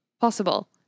possible